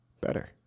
better